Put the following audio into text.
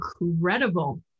incredible